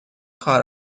کار